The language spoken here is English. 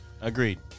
Agreed